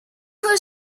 her